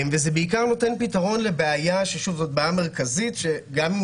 וזה בעיקר נותן פתרון לבעיה מרכזית שגם אם